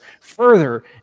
further